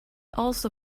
also